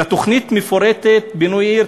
אלא על תוכנית מפורטת של בינוי עיר,